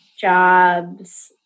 jobs